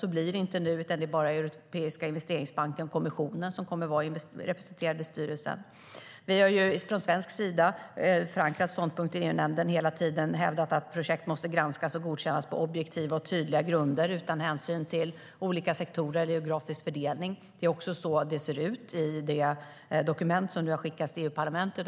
Så blir det inte nu, utan det är bara Europeiska investeringsbanken och kommissionen som kommer att vara representerade i styrelsen.Från svensk sida har vi förankrat ståndpunkterna i EU-nämnden hela tiden och hävdat att projekt måste granskas och godkännas på objektiva och tydliga grunder utan hänsyn till olika sektorer och geografisk fördelning. Det är också så det ser ut i det dokument som nu har skickats till EU-parlamentet.